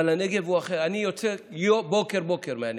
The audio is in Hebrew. אבל אני יוצא בוקר-בוקר מהנגב,